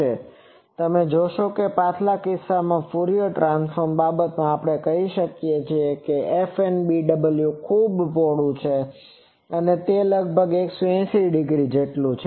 તેથી તમે જોશો કે પાછલા કિસ્સામાં ફ્યુરિઅર ટ્રાન્સફોર્મ બાબતમાં આપણે કહી શકીએ કે FNBW ખૂબ પહોળું છે અને તે લગભગ 180 ડિગ્રી જેટલું છે